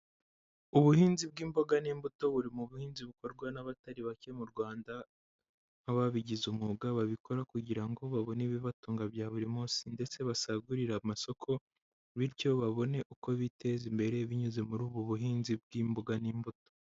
Ubuhinzi bw'imboga n'imbuto buri mu buhinzi bukorwa n'abatari bake mu Rwanda nk'ababigize umwuga, babikora kugira ngo babone ibibatunga bya buri munsi ndetse basagurire amasoko, bityo babone uko biteza imbere binyuze muri ubu buhinzi bw'imboga n'imbuto.